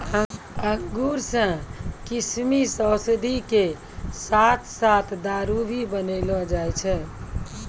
अंगूर सॅ किशमिश, औषधि के साथॅ साथॅ दारू भी बनैलो जाय छै